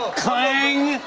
ah clang!